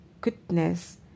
Goodness